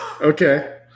Okay